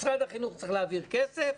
משרד החינוך צריך להעביר כסף,